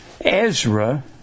Ezra